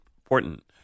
important